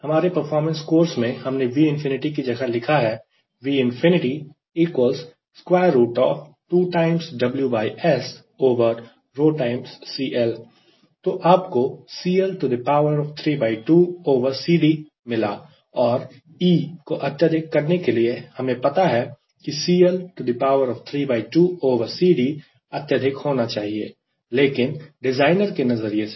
हमारे performance course में हमने Vꝏ की जगह लिखा है तो आपको CL32CDमिला और E को अत्यधिक करने के लिए हमें पता है कि CL32CD अत्यधिक होना चाहिए लेकिन डिज़ाइनर के नजरिए से